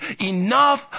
enough